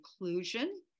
Inclusion